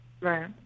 Right